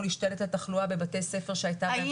להשתלט על תחלואה בבתי ספר שהייתה שם תחלואה גבוהה.